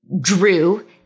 drew